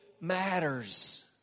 matters